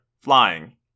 flying